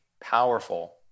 powerful